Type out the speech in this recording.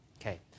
okay